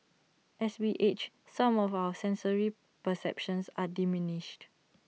as we age some of our sensory perceptions are diminished